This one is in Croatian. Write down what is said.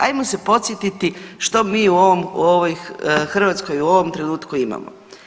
Ajmo se podsjetiti što mi u ovoj Hrvatskoj u ovom trenutku imamo.